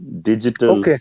digital